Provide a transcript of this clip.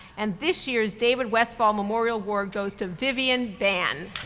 and this year's david westfall memorial award goes to vivian ban.